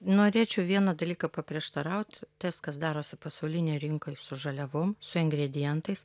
norėčiau vieną dalyką paprieštaraut tas kas darosi pasaulinėj rinkoj su žaliavom su ingredientais